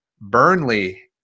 Burnley